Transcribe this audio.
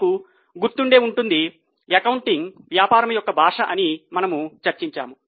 మీకు గుర్తుండే ఉంటుంది అకౌంటింగ్ వ్యాపారం యొక్క భాష అని మనము చర్చించాము